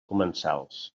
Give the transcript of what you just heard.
comensals